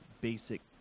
basic